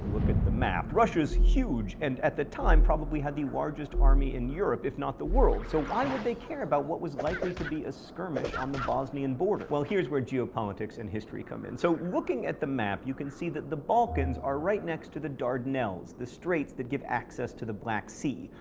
at the map. russia's huge, and at the time, probably had the largest army in europe, if not the world. so why would they care about what was likely to be a skirmish on the bosnian border? well, here's where geo-politics and history come in. so, looking at the map, you can see that the balkans are right next to the dardanelles, the straits that give access to the black sea.